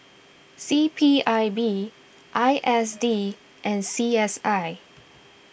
C P I B I S D and C S I